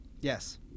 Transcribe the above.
Yes